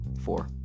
Four